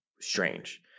strange